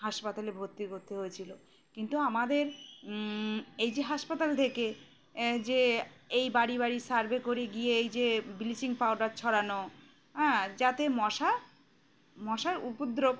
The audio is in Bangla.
হাসপাতালে ভর্তি করতে হয়েছিল কিন্তু আমাদের এই যে হাসপাতাল থেকে যে এই বাড়ি বাড়ি সার্ভে করে গিয়ে এই যে ব্লিচিং পাউডার ছড়ানো হ্যাঁ যাতে মশা মশার উপদ্রব